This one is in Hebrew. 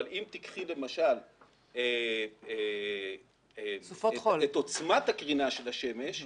אבל אם תיקחי למשל את עוצמת הקרינה של השמש,